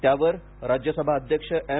त्यावर राज्यसभा अध्यक्ष एम